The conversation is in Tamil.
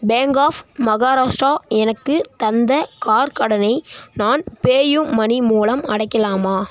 பேங்க் ஆஃப் மஹாராஷ்ட்ரா எனக்கு தந்த கார் கடனை நான் பேயூமனி மூலம் அடைக்கலாமா